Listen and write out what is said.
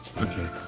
Okay